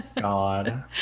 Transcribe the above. God